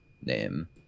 name